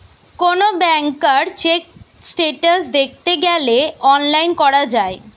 কোন ব্যাংকার check status দ্যাখতে গ্যালে অনলাইন করা যায়